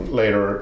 later